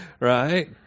right